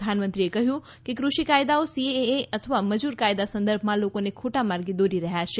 પ્રધાનમંત્રીએ કહ્યું કે કૃષિ કાયદાઓ સીએએ અથવા મજૂર કાયદા સંદર્ભમાં લોકોને ખોટા માર્ગે દોરી રહ્યા છે